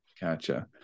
Gotcha